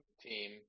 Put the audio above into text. team